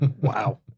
Wow